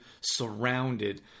surrounded